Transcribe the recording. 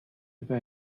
über